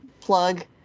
plug